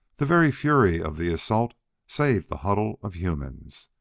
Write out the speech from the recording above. the very fury of the assault saved the huddle of humans.